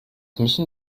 müssen